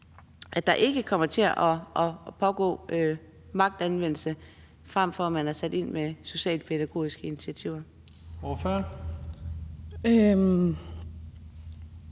at der ikke kommer til at ske magtanvendelse, fremfor at der sættes ind med socialpædagogiske initiativer?